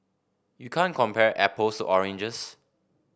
you can't compare apples to oranges